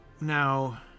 Now